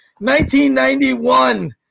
1991